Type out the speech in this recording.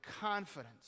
confidence